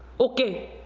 okay,